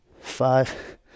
five